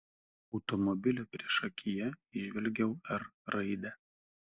automobilio priešakyje įžvelgiau r raidę